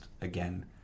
again